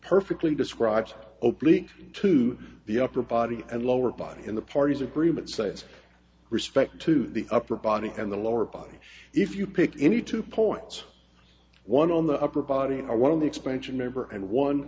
perfectly describes openly to the upper body and lower body in the party's agreement states respect to the upper body and the lower body if you pick any two points one on the upper body or one of the expansion member and one